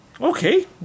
Okay